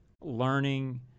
learning